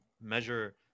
measure